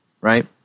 right